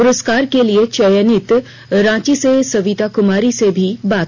पुरस्कार के लिए चयनित रांची की सविता कुमारी से भी की बात